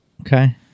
Okay